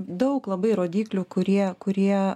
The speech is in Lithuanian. daug labai rodiklių kurie kurie